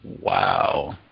Wow